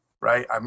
right